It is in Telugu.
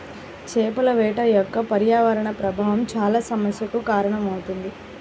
చేపల వేట యొక్క పర్యావరణ ప్రభావం చాలా సమస్యలకు కారణమవుతుంది